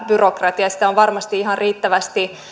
byrokratiaa sitä on varmasti ihan riittävästi